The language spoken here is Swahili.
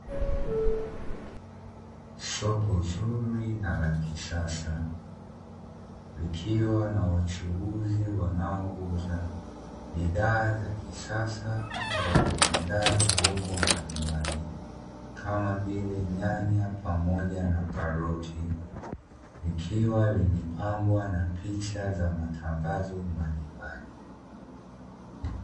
Soko zuri na la kisasa likiwa na wachuuzi wanaouza bidhaa za kisasa na kuandaa viungo mbalimbali, kama vile nyanya pamoja na karoti. Likiwa limepambwa na picha za matangazo mbalimbali.